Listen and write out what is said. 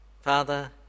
Father